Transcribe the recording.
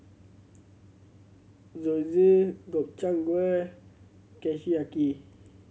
Zosui Gobchang Gui Kushiyaki